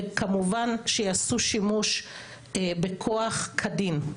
וכמובן שיעשו שימוש בכוח כדין.